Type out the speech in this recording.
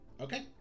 okay